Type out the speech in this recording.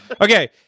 Okay